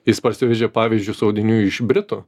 jis parsivežė pavyzdžius audinių iš britų